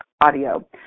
audio